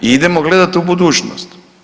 I idemo gledati u budućnost.